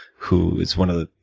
who is one of,